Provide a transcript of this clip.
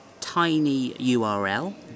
tinyurl